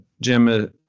Jim